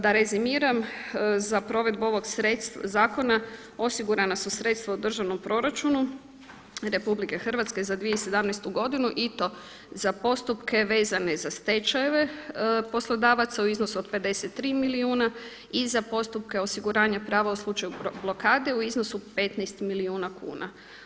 Da rezimiram, za provedbu ovog zakona osigurana su sredstva u Državnom proračunu RH za 2017. godinu i to za postupke vezane za stečajeve poslodavaca u iznosu od 53 milijuna i za postupke osiguranja prava u slučaju blokade u slučaju 15 milijuna kuna.